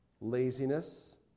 laziness